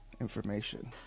information